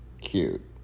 cute